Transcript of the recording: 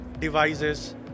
devices